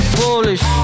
foolish